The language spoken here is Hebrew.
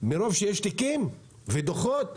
מרוב שיש תיקים ודוחות?